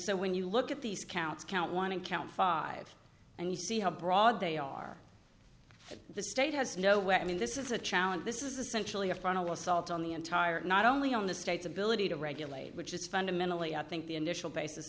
so when you look at these counts count one and count five and you see how broad they are the state has no way i mean this is a challenge this is essentially a frontal assault on the entire not only on the states ability to regulate which is fundamentally i think the initial basis